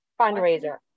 fundraiser